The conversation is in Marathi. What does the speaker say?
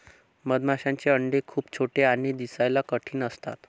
मधमाशांचे अंडे खूप छोटे आणि दिसायला कठीण असतात